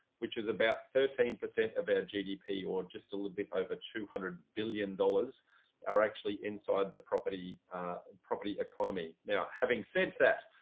which is about thirteen percent of our gdp or just a little bit over two hundred billion dollars are actually inside the property and property economy. now having said that,